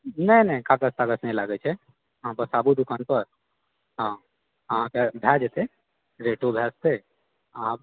नहि नहि कागज तागज नहि लागै छै अहाँ बस आबु दुकान पर हँ अहाँके भए जेतै रेटो भए जेतै अहाँ